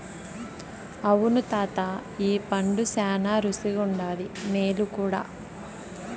అవును తాతా ఈ పండు శానా రుసిగుండాది, మేలు కూడా